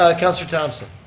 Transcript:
ah councillor thomson.